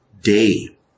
day